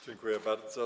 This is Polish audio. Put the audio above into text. Dziękuję bardzo.